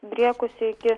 driekusi iki